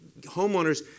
homeowners